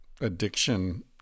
addiction